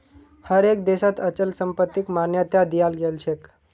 हर एक देशत अचल संपत्तिक मान्यता दियाल गेलछेक